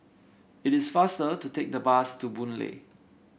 it is faster to take the bus to Boon Lay